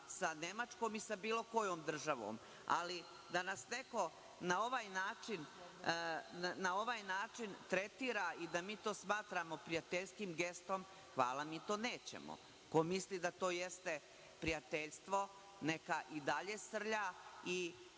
sa Nemačkom i sa bilo kojom državom, ali da nas neko na ovaj način tretira i da mi to smatramo prijateljskim gestom, hvala, mi to nećemo. Ko misli da to jeste prijateljstvo, neka i dalje srlja. Samo